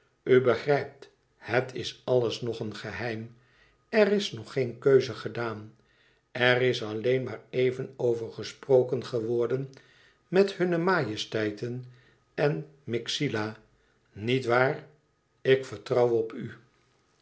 begrijpt het is alles nog een geheim er is nog geen keuze gedaan er is alleen maar even over gesproken geworden met hunne majesteiten en myxila niet waar ik vertrouw op u